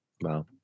Wow